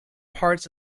parts